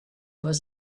was